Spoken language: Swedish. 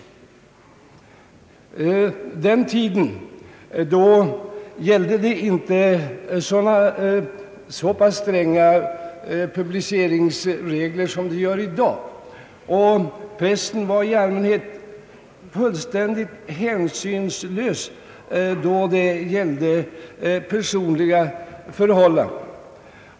På den tiden gällde inte så stränga publiceringsregler som det gör i dag. Pressen var i allmänhet fullständigt hänsynslös då det gällde personliga förhållanden.